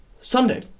Sunday